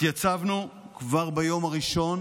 התייצבנו כבר ביום הראשון